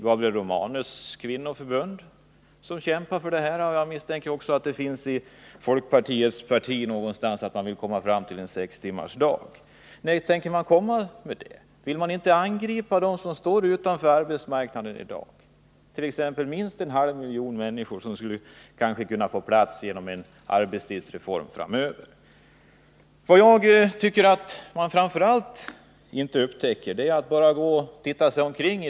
Också Folkpartiets kvinnoförbund kämpar för sex timmars arbetsdag, och jag misstänker att man även inom folkpartiets riksorganisation i något sammanhang har uttalat sig härför. Men när tänker man föra fram detta krav? Vill man inte gripa sig an med uppgiften att på detta sätt ge dem som nu står utanför arbetsmarknaden möjlighet till sysselsättning? Minst en halv miljon människor skulle kunna få plats på arbetsmarknaden genom en arbetstidsreform framöver. Man kan i detta sammanhang se på vad som händer i dagens konfliktsituation.